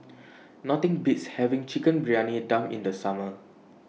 Nothing Beats having Chicken Briyani Dum in The Summer